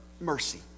mercy